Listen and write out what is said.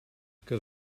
que